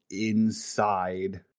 inside